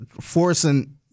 forcing